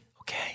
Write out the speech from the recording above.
Okay